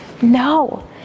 No